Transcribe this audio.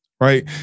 Right